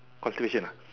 conclusion ah